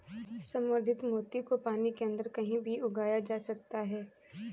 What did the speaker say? संवर्धित मोती को पानी के अंदर कहीं भी उगाया जा सकता है